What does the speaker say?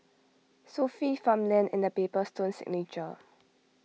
Sofy Farmland and the Paper Stone Signature